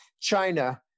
China